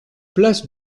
place